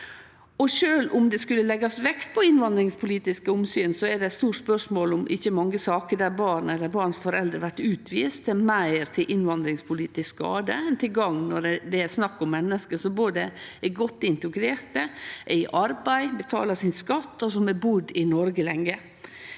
Sjølv om det skal leggjast vekt på innvandringspolitiske omsyn, er det eit stort spørsmål om ikkje mange saker der barn eller barns foreldre vert utviste, er meir til innvandringspolitisk skade enn til gagn når det er snakk om menneske som både er godt integrerte, er i arbeid, betalar skatten sin og har budd i Noreg lenge.